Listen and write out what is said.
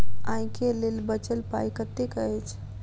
आइ केँ लेल बचल पाय कतेक अछि?